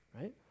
right